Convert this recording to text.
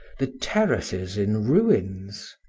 the terraces in ruins.